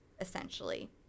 essentially